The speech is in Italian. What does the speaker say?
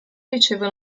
riceve